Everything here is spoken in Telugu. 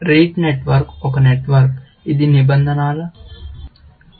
రీటే నెట్వర్క్ ఒక నెట్వర్క్ ఇది నిబంధనల సంకలనం